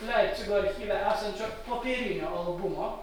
leipcigo archyve esančio popierinio albumo